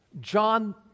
John